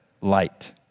light